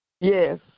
Yes